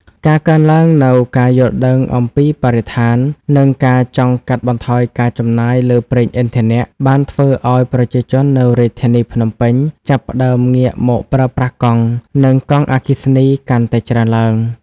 ការកើនឡើងនូវការយល់ដឹងអំពីបរិស្ថាន និងការចង់កាត់បន្ថយការចំណាយលើប្រេងឥន្ធនៈ បានធ្វើឱ្យប្រជាជននៅរាជធានីភ្នំពេញចាប់ផ្តើមងាកមកប្រើប្រាស់កង់ និងកង់អគ្គិសនីកាន់តែច្រើនឡើង។